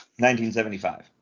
1975